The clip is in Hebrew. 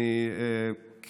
תודה, אדוני היושב-ראש.